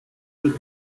with